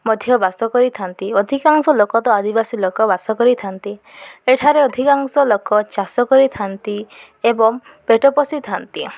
ମଧ୍ୟ ବାସ କରିଥାନ୍ତି ଅଧିକାଂଶ ଲୋକ ତ ଆଦିବାସୀ ଲୋକ ବାସ କରିଥାନ୍ତି ଏଠାରେ ଅଧିକାଂଶ ଲୋକ ଚାଷ କରିଥାନ୍ତି ଏବଂ ପେଟ ପୋଷିଥାନ୍ତି